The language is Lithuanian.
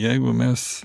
jeigu mes